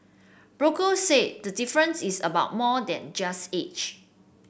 brokers said the difference is about more than just age